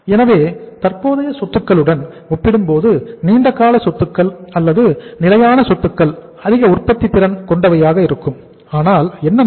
எனவே தற்போதைய சொத்துக்களுடன் ஒப்பிடும்போது நீண்டகால சொத்துக்கள் அல்லது நிலையான சொத்துக்கள் அதிக உற்பத்தித் திறன் கொண்டவையாக இருக்கும் அதனால் என்ன நடக்கும்